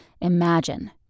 Imagine